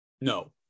No